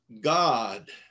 God